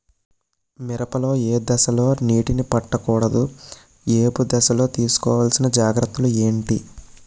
మిరప లో ఏ దశలో నీటినీ పట్టకూడదు? ఏపు దశలో తీసుకోవాల్సిన జాగ్రత్తలు ఏంటి?